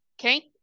okay